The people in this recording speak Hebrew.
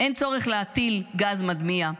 אין צורך להטיל גז מדמיע,